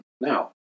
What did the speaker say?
now